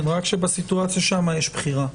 כן, רק שבסיטואציה שם יש בחירה.